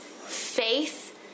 faith